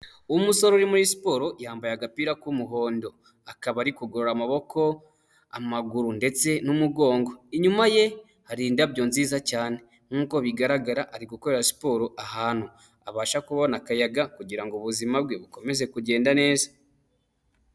Umusore uri muri siporo yambaye agapira k'umuhondo, akaba ari kugorora amaboko, amaguru ndetse n'umugongo. Inyuma ye hari indabyo nziza cyane, nk'uko bigaragara ari gukorera siporo ahantu abasha kubona akayaga, kugirango ubuzima bwe bukomeze kugenda neza.